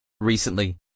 Recently